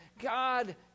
God